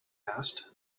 asked